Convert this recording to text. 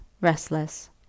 restless